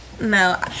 No